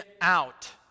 out